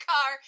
car